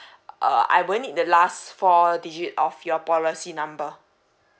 uh I will need the last four digit of your policy number